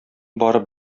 барып